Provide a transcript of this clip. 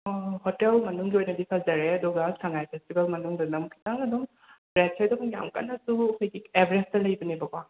hotel ꯃꯅꯨꯡꯒꯤ ꯑꯣꯏꯅꯗꯤ ꯐꯖꯔꯦ ꯑꯗꯨꯒ ꯁꯉꯥꯏ ꯐꯦꯁꯇꯤꯕꯦꯜ ꯃꯅꯨꯡꯗꯅ ꯑꯃꯨꯛ ꯈꯤꯇꯪ ꯑꯗꯨꯝ ꯔꯦꯠꯁꯦ ꯑꯗꯨꯝ ꯌꯥꯝꯅ ꯀꯟꯅꯁꯨ ꯑꯩꯈꯣꯏꯒꯤ ꯑꯦꯕꯔꯦꯁꯇ ꯂꯩꯕꯅꯦꯕꯀꯣ